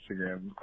Instagram